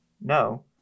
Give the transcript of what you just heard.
no